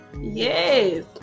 Yes